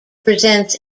presents